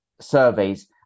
surveys